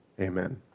Amen